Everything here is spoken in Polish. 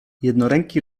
jednoręki